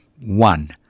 One